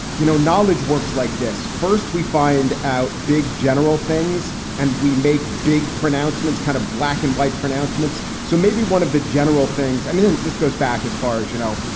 you know, knowledge works like this. first we find out big general things and we make big pronouncements, kind of black and white pronouncements. so maybe one of the general things. i mean, this goes back as far as, you know,